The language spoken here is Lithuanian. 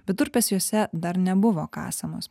bet durpės jose dar nebuvo kasamos